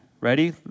Ready